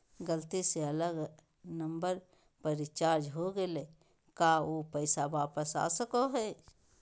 गलती से अलग नंबर पर रिचार्ज हो गेलै है का ऊ पैसा वापस आ सको है?